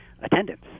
attendance